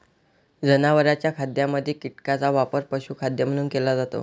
जनावरांच्या खाद्यामध्ये कीटकांचा वापर पशुखाद्य म्हणून केला जातो